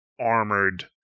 armored